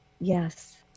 Yes